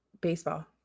baseball